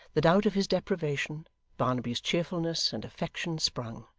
that out of his deprivation barnaby's cheerfulness and affection sprung!